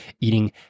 eating